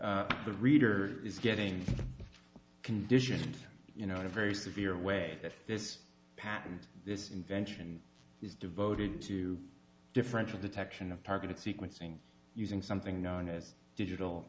the reader is getting conditioned you know in a very severe way that this patent this invention is devoted to differential detection of targeted sequencing using something known as digital